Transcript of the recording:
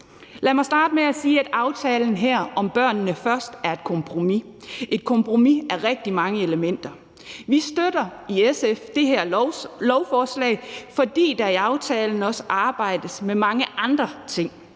Lad mig starte med at sige, at aftalen her, »Børnene Først«, er et kompromis – et kompromis bestående af rigtig mange elementer. Vi støtter i SF det her lovforslag, fordi der i aftalen også arbejdes med mange andre ting.